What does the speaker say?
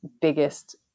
biggest